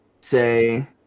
say